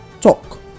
talk